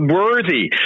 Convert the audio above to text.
worthy